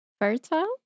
fertile